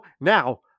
now